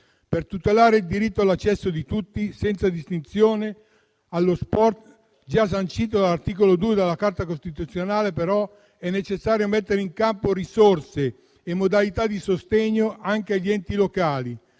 Per tutelare il diritto all'accesso di tutti senza distinzione allo sport, già desumibile dall'articolo 2 della Carta costituzionale, è però necessario mettere in campo risorse e modalità di sostegno anche agli enti locali